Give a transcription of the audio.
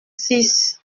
six